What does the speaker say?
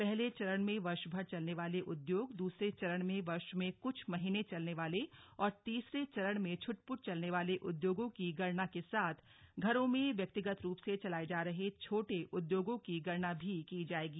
पहले चरण में वर्षभर चलने वाले उद्योग दूसरे चरण में वर्ष में कुछ महीने चलने वाले और तीसरे चरण में छुटपुट चलने वाले उद्योगों की गणना के साथ घरों में व्यक्तिगत रूप से चलाये जा रहे छोटे उद्योगों की गणना भी की जायेगी